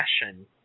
fashion